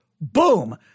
boom